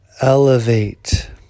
elevate